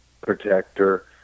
protector